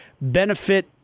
benefit